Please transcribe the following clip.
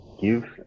give